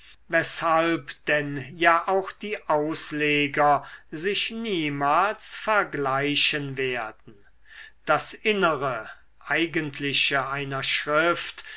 weshalb denn ja auch die ausleger sich niemals vergleichen werden das innere eigentliche einer schrift